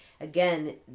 again